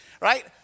right